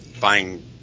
buying